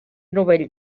novell